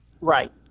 Right